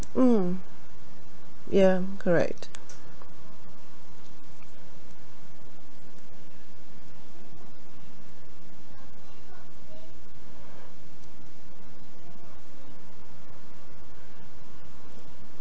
mm ya correct